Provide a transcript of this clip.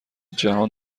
جهان